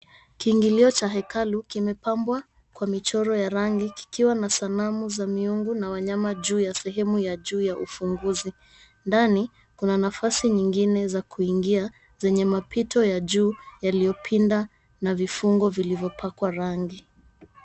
Kiingilio cha hekalu kimepambwa kwa michoro ya rangi, kikiwa na sanamu za miungu na wanyama juu ya sehemu ya juu ya ufunguzi. Ndani, kuna nafasi nyingine za kuingia zenye mapito ya juu yaliyopinda na vifungo vilivyopakwa rangi.